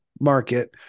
market